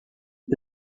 que